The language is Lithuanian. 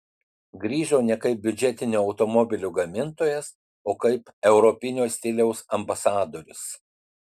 grįžo ne kaip biudžetinių automobilių gamintojas o kaip europinio stiliaus ambasadorius